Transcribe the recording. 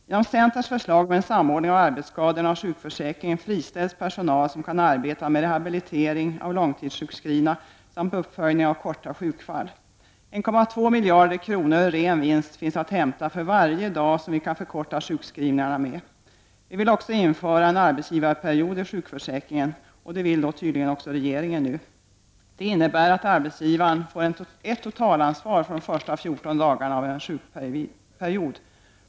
Genom centerns förslag om en samordning av arbetsskadorna och sjukförsäkringen friställs personal som kan arbeta med rehabilitering av långtidssjukskrivna samt uppföljning av korta sjukfall. 1,2 miljarder kronor i ren vinst finns att hämta för varje dag som vi kan förkorta sjukskrivningarna med. Vi vill också införa en arbetsgivarperiod i sjukförsäkringen — och det vill tydligen även regeringen nu. Det innebär att arbetsgivaren får ett totalansvar för de första 14 dagarna av en sjukperiod.